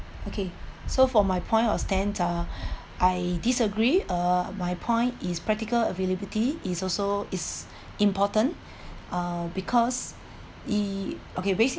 okay so for my point of stand ah I disagree uh my point is practical availability is also is important uh because eh okay basically